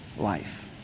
life